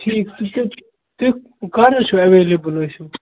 ٹھیٖک تُہۍ کَتہِ تُہۍ کَر ٲسِو ایٚویلیبٕل ٲسِو